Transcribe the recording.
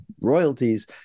royalties